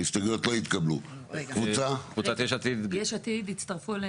הצבעה ההסתייגויות לא נתקבלו ההסתייגויות של ישראל ביתנו לא נתקבלו.